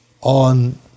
on